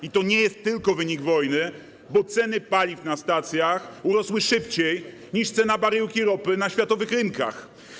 I to nie jest tylko wynik wojny, bo ceny paliw na stacjach wzrosły szybciej niż cena baryłki ropy na światowych rynkach.